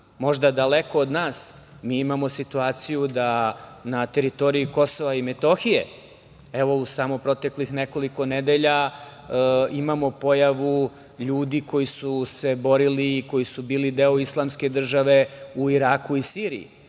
možda daleko od nas, mi imamo situaciju da na teritoriji KiM, evo u samo proteklih nekoliko nedelja imamo pojavu ljudi koji su se borili i koji su bili deo islamske države, u Iraku i Siriji.